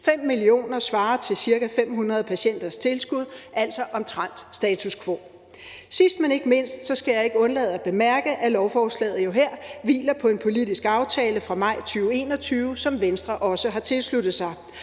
5 mio. kr. svarer til ca. 500 patienters tilskud, altså omtrent status quo. Sidst, men ikke mindst, skal jeg ikke undlade at bemærke, at lovforslaget her jo hviler på en politisk aftale fra maj 2021, som Venstre også har tilsluttet sig.